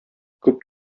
күп